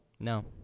No